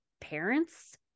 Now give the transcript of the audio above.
parents